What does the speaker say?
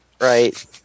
Right